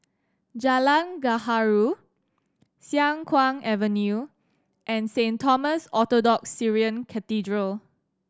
Jalan Gaharu Siang Kuang Avenue and Saint Thomas Orthodox Syrian Cathedral